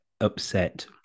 upset